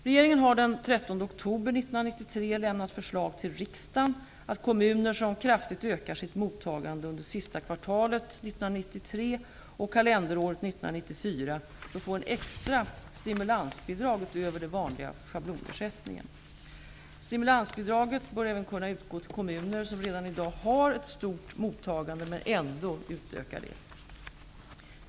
Regeringen har den 13 oktober 1993 lämnat förslag till riksdagen att kommuner som kraftigt ökar sitt mottagande under sista kvartalet 1993 och kalenderåret 1994 bör få ett extra stimulansbidrag utöver den vanliga schablonersättningen. Stimulansbidraget bör även kunna utgå till kommuner som redan i dag har ett stort mottagande men ändå ökar detta.